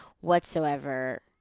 whatsoever